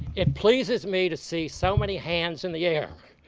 it pleases me to see so many hands in the air.